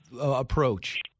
approach